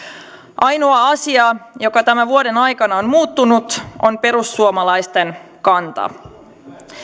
ainoa asia joka tämän vuoden aikana on muuttunut on perussuomalaisten kanta